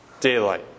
Daylight